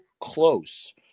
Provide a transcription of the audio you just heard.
close